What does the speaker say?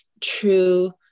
true